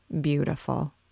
beautiful